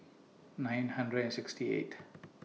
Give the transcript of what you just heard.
nine hundred sixty eighth